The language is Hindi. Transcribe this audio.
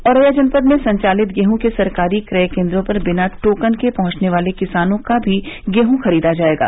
औरैया जनपद में संचालित गेंह के सरकारी क्रय केंद्रों पर बिना टोकन के पहुंचने वाले किसानों का भी गेहूँ खरीदा जाएगा